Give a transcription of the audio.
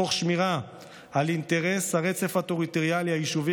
תוך שמירה על אינטרס הרצף הטריטוריאלי היישובי,